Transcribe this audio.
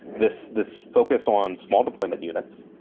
this this focus on small deployment units,